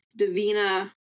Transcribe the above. Davina